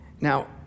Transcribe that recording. Now